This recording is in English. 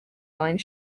line